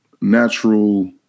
natural